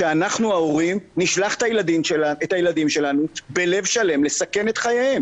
שאנחנו ההורים נשלח את הילדים שלנו בלב שלם לסכן את חייהם